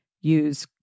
Use